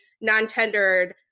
non-tendered